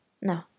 No